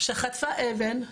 שחטפה אבן,